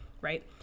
right